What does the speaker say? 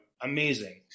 amazing